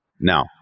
Now